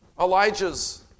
Elijah's